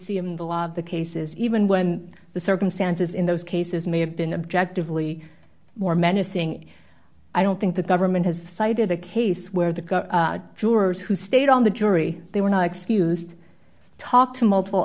see in the law of the cases even when the circumstances in those cases may have been objective lee more menacing i don't think the government has cited a case where the jurors who stayed on the jury they were not excused talked to multiple